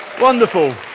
Wonderful